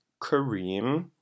Kareem